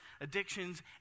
addictions